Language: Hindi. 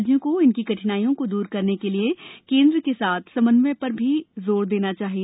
राज्यों को इनकी कठिनाइयों को दूर करने के लिए केन्द्र के साथ समन्व्य पर भी जोर देना चाहिए